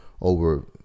over